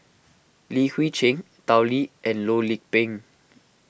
Li Hui Cheng Tao Li and Loh Lik Peng